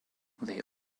they